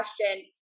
question